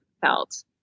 felt